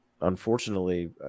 unfortunately